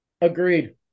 Agreed